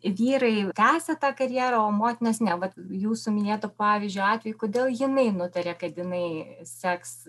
vyrai tęsia tą karjerą o motinos ne vat jūsų minėto pavyzdžio atveju kodėl jinai nutarė kad jinai seks